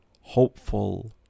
hopeful